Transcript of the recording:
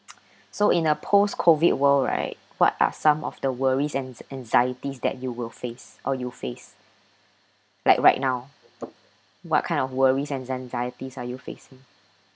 so in a post COVID world right what are some of the worries and anxieties that you will face or you face like right now what kind of worries and anxieties are you facing